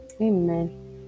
Amen